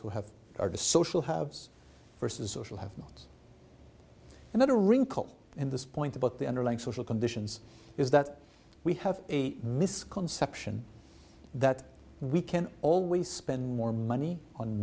who have a social haves versus social have not met a wrinkle in this point about the underlying social conditions is that we have a misconception that we can always spend more money on